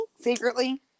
Secretly